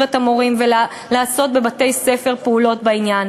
את המורים ולעשות בבתי-ספר פעולות בעניין.